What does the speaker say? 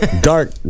Dark